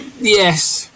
Yes